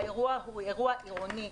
האירוע הוא אירוע עירוני.